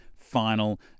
final